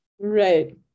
Right